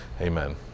Amen